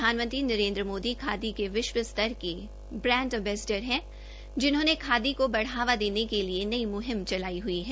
प्रधानमंत्री नरेन्द्र मोदी खादी के विश्व स्तर के ब्राण्ड एम्बेसडर हैं जिन्होंने खादी को बढावा देने के लिए नई मुहिम चलाई हई है